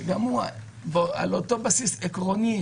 גם הוא על אותו בסיס עקרוני,